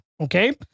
okay